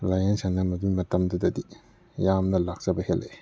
ꯂꯥꯏꯌꯦꯡꯁꯪꯅ ꯃꯗꯨꯒꯤ ꯃꯇꯝꯗꯨꯗꯗꯤ ꯌꯥꯝꯅ ꯂꯥꯛꯆꯕ ꯍꯦꯜꯂꯛꯏ